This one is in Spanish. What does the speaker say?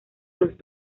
los